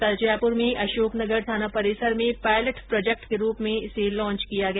कल जयपुर में अशोक नगर थाना परिसर में पायलट प्रोजेक्ट के रूप में इसे लॉच किया गया